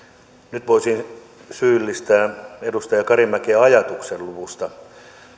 nyt voisin syyllistää edustaja karimäkeä ajatuksenluvusta olisin